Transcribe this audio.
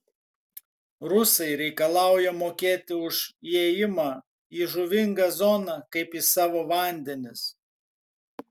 rusai reikalauja mokėti už įėjimą į žuvingą zoną kaip į savo vandenis